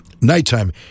nighttime